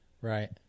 Right